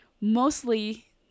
mostly